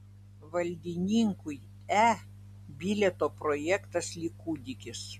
valdininkui e bilieto projektas lyg kūdikis